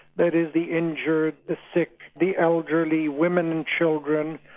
that is the injured the sick, the elderly, women and children,